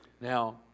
Now